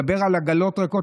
מדבר על עגלות ריקות.